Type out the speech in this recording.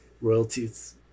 Royalties